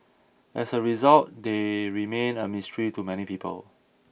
as a result they remain a mystery to many people